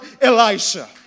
Elisha